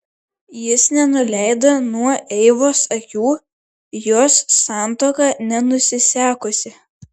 jis nenuleido nuo eivos akių jos santuoka nenusisekusi